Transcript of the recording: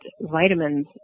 vitamins